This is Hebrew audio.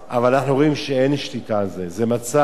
זה מצב שלא ההורים שולטים,